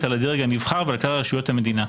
על הדרג הנבחר ועל כלל רשויות המדינה.